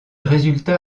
résultat